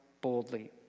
boldly